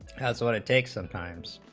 has what it takes sometimes